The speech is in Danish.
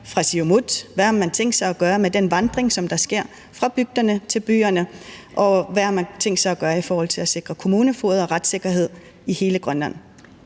fra Siumut, hvad man har tænkt sig at gøre ved den vandring, der sker fra bygderne til byerne, og hvad man har tænkt sig at gøre i forhold til at sikre kommunefogeder og retssikkerhed i hele Grønland.